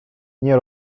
nie